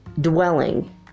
dwelling